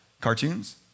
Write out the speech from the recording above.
cartoons